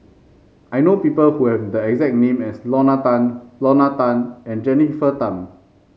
I know people who have the exact name as Lorna Tan Lorna Tan and Jennifer Tham